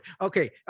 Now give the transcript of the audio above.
Okay